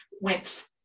went